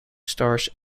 stars